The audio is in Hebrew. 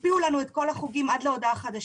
הקפיאו לנו את כל החוגים על דעת עצמם עד להודעה חדשה.